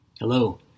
Hello